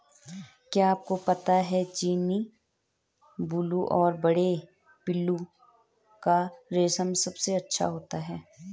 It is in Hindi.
क्या आपको पता है चीनी, बूलू और बड़े पिल्लू का रेशम सबसे अच्छा होता है?